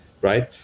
right